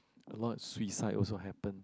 a lot of suicide also happen